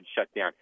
shutdown